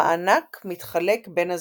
המענק מתחלק בין הזוכים.